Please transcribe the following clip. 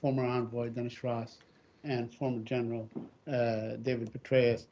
former envoy dennis ross and former general david petraeus.